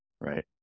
right